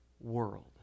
world